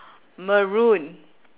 maroon